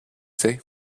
say